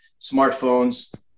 smartphones